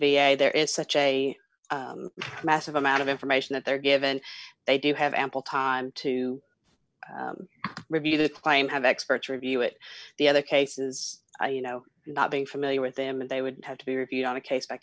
a there is such a massive amount of information that they're given they do have ample time to review their claim have experts review it the other cases you know not being familiar with them and they would have to be reviewed on a case by